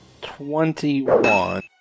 twenty-one